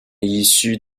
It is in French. issue